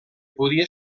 podia